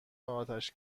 آتش